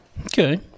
Okay